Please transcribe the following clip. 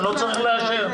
אני לא צריך לאשר.